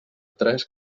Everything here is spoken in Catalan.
tres